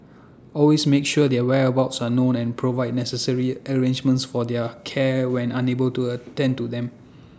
always make sure their whereabouts are known and provide necessary arrangements for their care when unable to attend to them